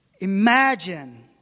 Imagine